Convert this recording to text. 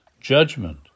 judgment